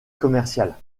commerciale